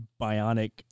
bionic